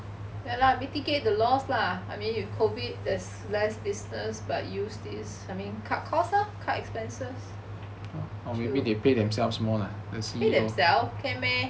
ya lah mitigate the loss lah I mean with COVID there's less business but use this I mean cut cost lor cut expenses pay themselves can meh